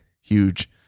huge